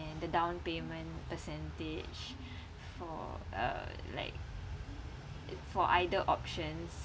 and the down payment percentage for uh like for either options